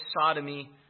sodomy